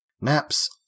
Naps